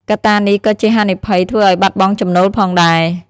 កត្តានេះក៏ជាហានិភ័យធ្វើឱ្យបាត់បង់ចំណូលផងដែរ។